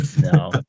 no